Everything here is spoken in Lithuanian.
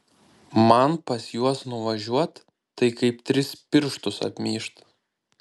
man pas juos nuvažiuot tai kaip tris pirštus apmyžt